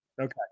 Okay